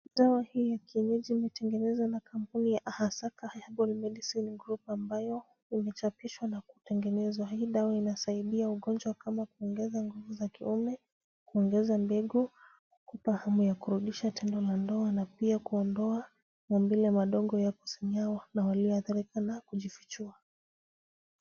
Dawa hii ya kienyeji imetengenezwa na kampuni ya Ahasaka Herbal Medicine Group ambayo imechapishwa na kutengenezwa. Hii dawa inasaidia ugonjwa kama kuogeza nguvu za kiume, kuongeza mbegu, fahamu ya kurudisha tendo la ndoa na pia kuondoa maumbile madogo ya kusinyaa walioadhirika na kujifichua.